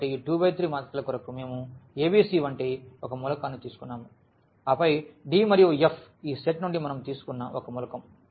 కాబట్టి 2 బై 3 మాత్రికల కొరకు మేము ఎబిసి వంటి ఒక మూలకాన్ని తీసుకున్నాము ఆపై డి మరియు ఎఫ్ ఈ సెట్ నుండి మనం తీసుకున్న ఒక మూలకం